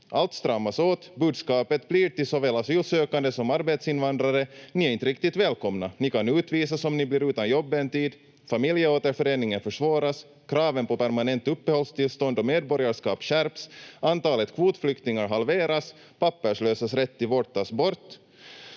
Allt stramas åt. Budskapet till såväl asylsökande som arbetsinvandrare blir: Ni är inte riktigt välkomna, ni kan utvisas om ni blir utan jobb i en tid, familjeåterföreningen försvåras, kraven på permanent uppehållstillstånd och medborgarskap skärps, antalet kvotflyktingar halveras, papperslösas rätt till vård tas bort.